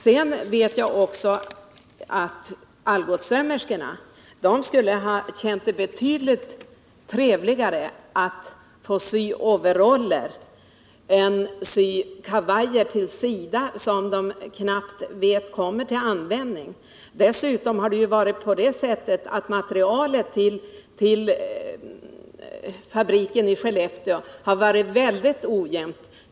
Jag vet också att Algotssömmerskorna skulle ha känt det betydligt trevligare att få sy arbetsoveraller än att behöva sy kavajer — som de knappt vet kommer till användning — till SIDA. Dessutom har det varit på det sättet att materialet till fabriken i Skellefteå har levererats väldigt ojämnt.